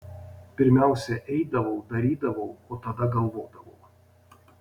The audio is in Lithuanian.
pirmiausia eidavau darydavau o tada galvodavau